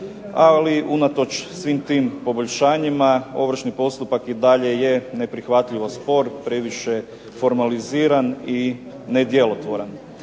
ali unatoč svim tim poboljšanjima ovršni postupak i dalje je neprihvatljivo spor, previše formaliziran i nedjelotvoran.